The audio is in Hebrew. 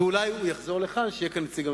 ואולי הוא יחזור לכאן כדי שיהיה כאן נציג הממשלה.